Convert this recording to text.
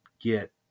get